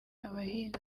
abahinza